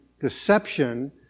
deception